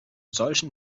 solchen